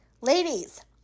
Ladies